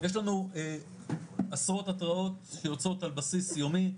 יש לנו עשרות התראות שיוצאות על בסיס יומי.